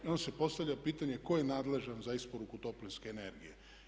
I onda se postavlja pitanje tko je nadležan za isporuku toplinske energije?